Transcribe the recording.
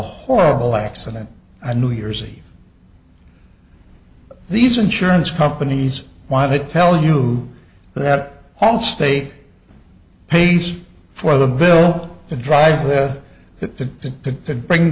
horrible accident and new years eve these insurance companies want to tell you that allstate pays for the bill to drive with it to bring